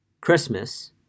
Christmas